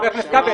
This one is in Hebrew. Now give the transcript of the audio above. חבר הכנסת כבל,